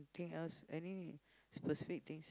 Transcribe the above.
thing else any specific things